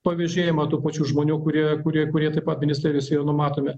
pavėžėjimą tų pačių žmonių kurie kurie taip pat ministerijos yra numatomi